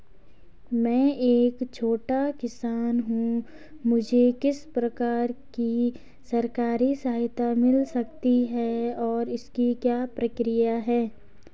मैं एक छोटा किसान हूँ मुझे किस प्रकार की सरकारी सहायता मिल सकती है और इसकी क्या प्रक्रिया है?